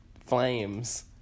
flames